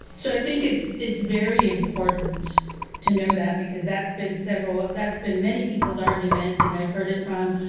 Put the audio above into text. so i think it's it's very important to know that because that's been several, that's been many people's argument, and i've heard it from